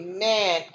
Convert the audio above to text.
Amen